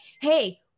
Hey